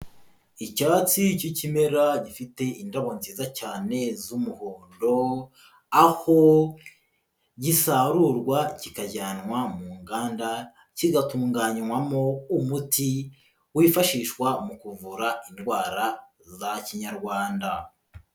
Icyatsi cy'ikimera gifite indabo nziza cyane z'umuhondo, aho gisarurwa kikajyanwa mu nganda kigatunganywamo umuti wifashishwa mu kuvura indwara za Kinyarwanda.